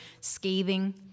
scathing